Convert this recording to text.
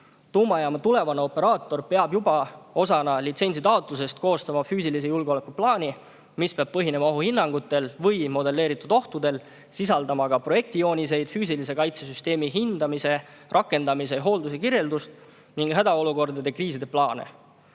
Tuumajaama tulevane operaator peab juba osana litsentsitaotlusest koostama füüsilise julgeoleku plaani, mis peab põhinema ohuhinnangutel või modelleeritud ohtudel, sisaldama ka projekti jooniseid, füüsilise kaitse süsteemi hindamise, rakendamise ja hoolduse kirjeldust ning hädaolukordade, kriiside plaane.